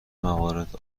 موارد